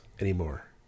anymore